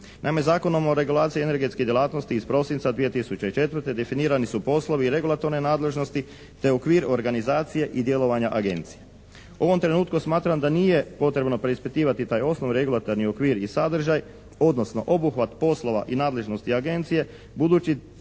Naime, Zakonom o regulaciji energetskih djelatnosti iz prosinca 2004. definirani su poslovi i regulatorne nadležnosti te okvir organizacija i djelovanja Agencije. U ovom trenutku smatram da nije potrebno preispitivati taj osnovni regulatorni okvir i sadržaj, odnosno obuhvat poslova i nadležnosti Agencije budući